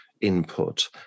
input